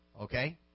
okay